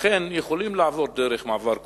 לכן יכולים לעבור דרך מעבר קוניטרה.